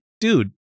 dude